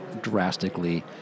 drastically